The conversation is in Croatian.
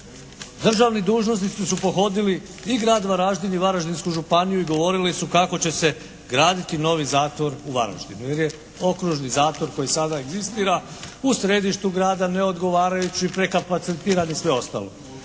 Državni dužnosnici su pohodili i Grad Varaždin i Varaždinsku županiju i govorili su kako će se graditi novi zatvor u Varaždinu jer je okružni zatvor koji sada egzistira u središtu grada neodgovarajući prekapacitiran i sve ostalo.